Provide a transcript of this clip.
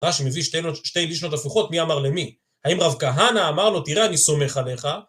רש"י מביא שתי לישנות הפוכות, מי אמר למי? האם רב כהנא אמר לו, תראה, אני סומך עליך